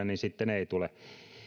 niin sitten ei tule